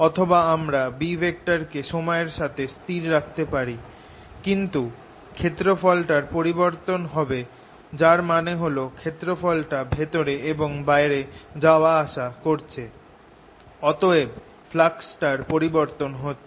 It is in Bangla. অথবা আমরা B কে সময়ের সাথে স্থির রাখতে পারি কিন্তু ক্ষেত্রফলটার পরিবর্তন হবে যার মানে হল ক্ষেত্রফলটা ভেতরে এবং বাইরে যাওয়া আসা করছে অতএব ফ্লাক্সের পরিবর্তন হচ্ছে